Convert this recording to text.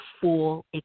full